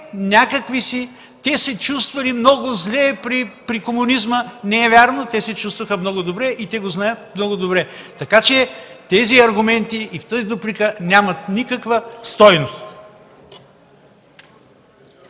не, че те се чувствали много зле при комунизма. Не е вярно. Те се чувстваха много добре и го знаят много добре. Така че тези аргументи и тази дуплика нямат никаква стойност.